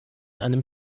einem